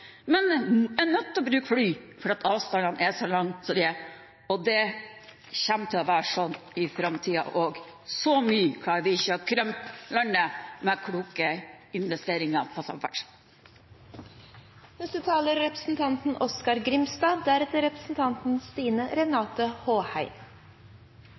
men er nødt til å bruke fly fordi avstandene er så lange som de er. Det kommer til å være sånn i framtiden også. Så mye klarer vi ikke å krympe landet med kloke investeringer på samferdsel. Dette er